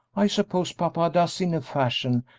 i suppose papa does in a fashion,